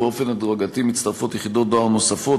ובאופן הדרגתי מצטרפות יחידות דואר נוספות,